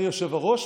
אדוני היושב-ראש,